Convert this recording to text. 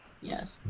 Yes